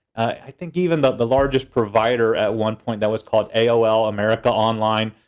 i think even the largest provider, at one point, that was called aol, america online,